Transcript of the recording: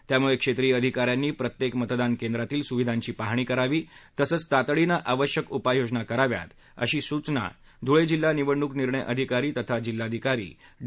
त्यामुळे क्षेत्रीय अधिकाऱ्यांनी प्रत्येक मतदान केंद्रातील सुविधांची पाहणी करावी तसंच तातडीनं आवश्यक उपाययोजना कराव्यात अशी सूचना धुळे जिल्हा निवडणूक निर्णय अधिकारी तथा जिल्हाधिकारी डी